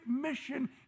mission